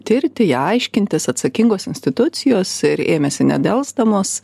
tirti ją aiškintis atsakingos institucijos ir ėmėsi nedelsdamos